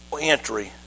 entry